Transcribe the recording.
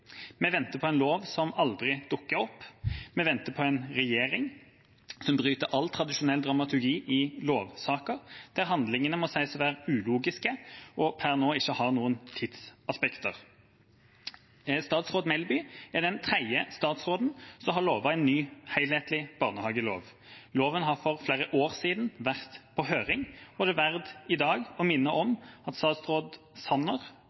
Vi venter på en lov som aldri dukker opp, vi venter på en regjering som bryter all tradisjonell dramaturgi i lovsaker, der handlingene må sies å være ulogiske og per nå ikke har noen tidsaspekter. Statsråd Melby er den tredje statsråden som har lovet en ny helhetlig barnehagelov. Loven har for flere år siden vært på høring, og det er i dag verdt å minne om at statsråd Sanner,